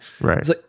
right